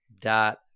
dot